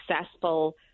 successful